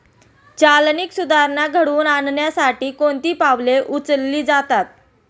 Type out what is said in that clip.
चालनीक सुधारणा घडवून आणण्यासाठी कोणती पावले उचलली जातात?